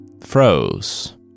froze